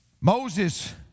Moses